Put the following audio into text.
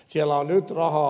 siellä on nyt rahaa